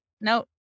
No